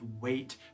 wait